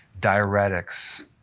Diuretics